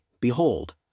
Behold